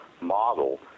model